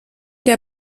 der